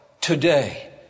today